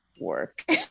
work